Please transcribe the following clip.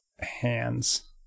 hands